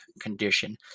condition